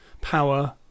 power